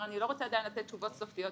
אני לא רוצה עדיין לתת תשובות סופיות,